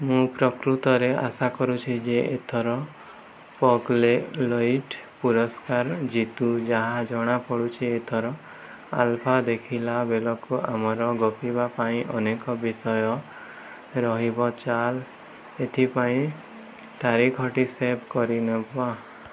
ମୁଁ ପ୍ରକୃତରେ ଆଶା କରୁଛି ଯେ ଏଥର ପଗ୍ ଲେ ଲୈଟ୍ ପୁରସ୍କାର ଜିତୁ ଯାହା ଜଣା ପଡ଼ୁଛି ଏଥର ଆଇଫା ଦେଖିଲା ବେଳକୁ ଆମର ଗପିବା ପାଇଁ ଅନେକ ବିଷୟ ରହିବ ଚାଲ ଏଥିପାଇଁ ତାରିଖଟି ସେଭ୍ କରିନେବା